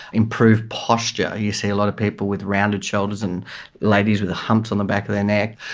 improved posture. you see a lot of people with rounded shoulders and ladies with humps on the back of their neck.